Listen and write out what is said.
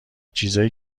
چیزای